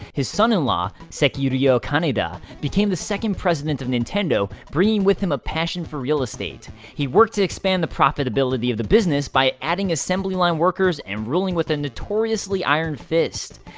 his son-in-law, sekiryo kaneda became the second president of nintendo, bringing with him a passion for real estate. he worked to expand the profitability of the business by adding assembly line workers and ruling with a notoriously iron fist.